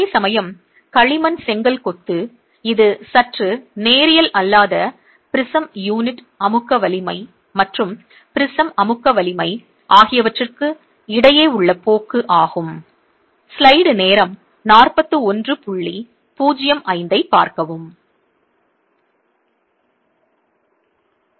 அதேசமயம் களிமண் செங்கல் கொத்து இது சற்று நேரியல் அல்லாத ப்ரிஸம் யூனிட் அமுக்க வலிமை மற்றும் ப்ரிஸம் அமுக்க வலிமை ஆகியவற்றுக்கு இடையே உள்ள போக்கு ஆகும்